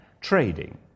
trading